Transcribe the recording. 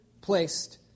placed